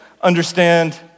understand